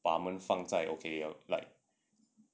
把他们放在 okay like